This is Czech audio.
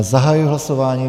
Zahajuji hlasování.